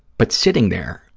but sitting there,